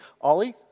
Ollie